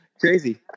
Crazy